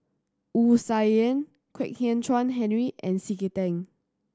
Wu Tsai Yen Kwek Hian Chuan Henry and C K Tang